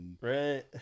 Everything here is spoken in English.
Right